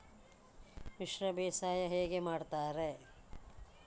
ಮಿಶ್ರ ಬೇಸಾಯ ಹೇಗೆ ಮಾಡುತ್ತಾರೆ?